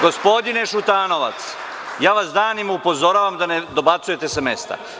Gospodine Šutanovac, ja vas danima upozoravam da ne dobacujete s mesta.